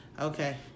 Okay